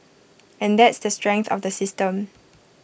and that's the strength of the system